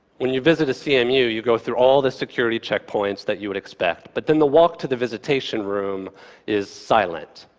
when you visit a cmu, you go through all the security checkpoints that you would expect. but then the walk to the visitation room is silent.